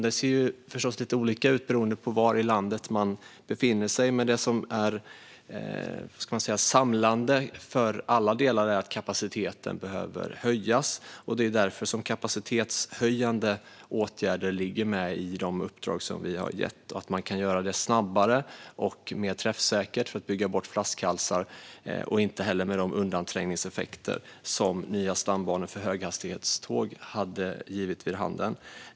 Det ser förstås lite olika ut beroende på var i landet man befinner sig. Det som är samlande för alla delar är att kapaciteten behöver höjas. Det är därför kapacitetshöjande åtgärder finns med i de uppdrag som vi har gett. Man ska göra det snabbare och mer träffsäkert för att bygga bort flaskhalsar, men utan de undanträngningseffekter som nya stambanor för höghastighetståg hade givit vid handen.